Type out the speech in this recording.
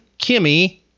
Kimmy